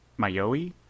Mayoi